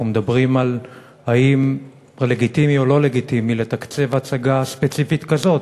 אנחנו מדברים על האם לגיטימי או לא לגיטימי לתקצב הצגה ספציפית כזאת.